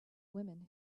women